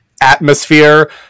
atmosphere